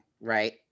right